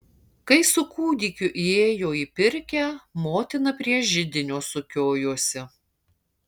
kai su kūdikiu įėjo į pirkią motina prie židinio sukiojosi